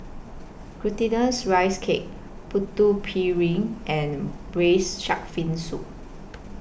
Glutinous Rice Cake Putu Piring and Braised Shark Fin Soup